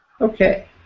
Okay